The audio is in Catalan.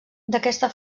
d’aquesta